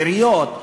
עיריות,